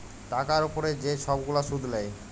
টাকার উপরে যে ছব গুলা সুদ লেয়